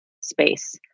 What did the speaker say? space